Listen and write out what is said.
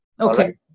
Okay